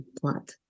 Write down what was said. plot